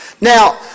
Now